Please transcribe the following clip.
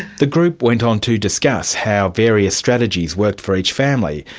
the group went on to discuss how various strategies worked for each family.